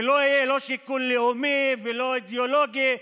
ולא יהיה שיקול לאומי ולא אידיאולוגי,